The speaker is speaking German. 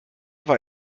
war